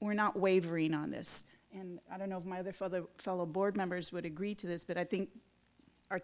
we're not wavering on this and i don't know why the father fellow board members would agree to this but i think our